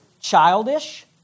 childish